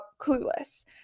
Clueless